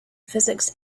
physics